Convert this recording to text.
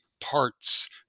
parts